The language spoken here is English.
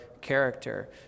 character